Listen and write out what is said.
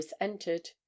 entered